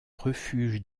refuge